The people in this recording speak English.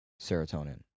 serotonin